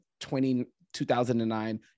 2009